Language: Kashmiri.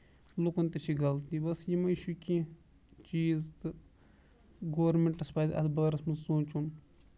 لُکن تہِ چھےٚ غلطی بس یِمے چھِ کیٚنٛہہ چیٖز تہٕ گرومینٹَس پَزِ اَتھ بارَس منٛز سونچُن